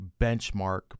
benchmark